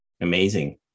Amazing